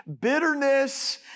bitterness